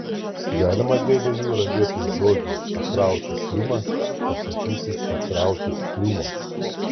galima dėde jura vietoj žodžių pakrauti triumą pasakyti pakrauti triumo